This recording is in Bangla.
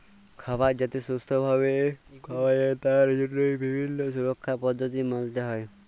খাবার যাতে সুস্থ ভাবে খাওয়া যায় তার জন্হে বিভিল্য সুরক্ষার পদ্ধতি মালতে হ্যয়